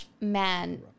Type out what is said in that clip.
man